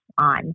on